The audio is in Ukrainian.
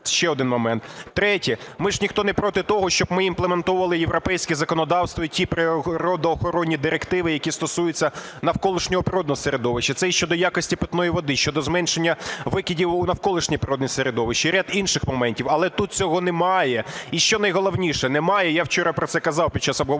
ще один момент. Третє. Ми ж ніхто не проти того, щоб ми імплементовували європейське законодавство і ті природоохоронні директиви, які стосуються навколишнього природнього середовища. Це і щодо якості питаної води, щодо зменшення викидів у навколишнє природне середовище і ряд інших моментів. Але тут цього немає. І, що найголовніше, я вчора про це казав, під час обговорення